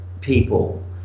people